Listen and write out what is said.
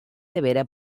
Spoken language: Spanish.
severa